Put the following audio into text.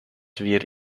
wir